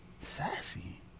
Sassy